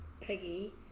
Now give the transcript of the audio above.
Peggy